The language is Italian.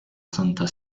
santa